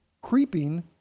creeping